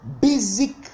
basic